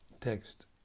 Text